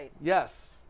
Yes